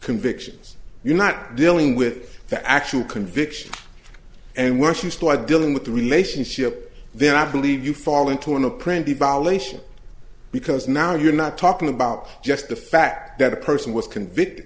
convictions you're not dealing with the actual conviction and once you start dealing with the relationship then i believe you fall into an apprentice violation because now you're not talking about just the fact that a person was convicted